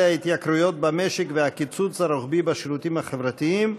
ההתייקרויות במשק והקיצוץ הרוחבי בשירותים החברתיים.